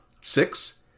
Six